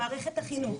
למערכת החינוך.